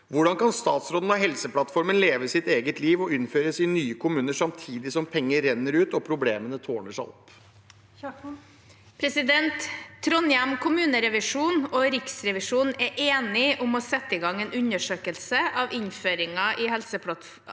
Hvordan kan statsråden la Helseplattformen leve sitt eget liv og innføres i nye kommuner samtidig som pengene renner ut og problemene tårner seg opp?» Statsråd Ingvild Kjerkol Trondheim kommunerevisjon og Riksrevisjonen er enige om å sette i gang en undersøkelse av innføringen av Helseplattformen